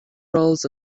rolls